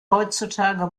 heutzutage